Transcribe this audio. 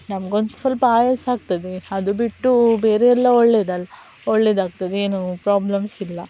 ನಮ್ಗೊಂದು ಸ್ವಲ್ಪ ಆಯಾಸ ಆಗ್ತದೆ ಅದು ಬಿಟ್ಟು ಬೇರೆ ಎಲ್ಲಾ ಒಳ್ಳೇದಲ್ಲ ಒಳ್ಳೆದಾಗ್ತದೇನು ಪ್ರಾಬ್ಲಮ್ಸ್ ಇಲ್ಲ